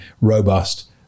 robust